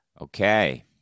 Okay